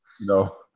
No